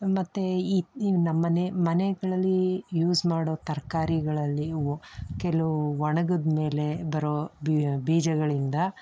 ಮತ್ತು ಈ ಈ ನಮ್ಮ ಮನೆ ಮನೆಗಳಲ್ಲಿ ಯೂಸ್ ಮಾಡೋ ತರಕಾರಿಗಳಲ್ಲಿ ಒ ಕೆಲವು ಒಣಗಿದ ಮೇಲೆ ಬರೋ ಬಿ ಬೀಜಗಳಿಂದ